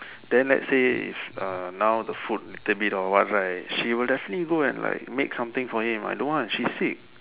then let's say if uh now the food little bit or what right she will definitely go and like make some thing for him I know one she sick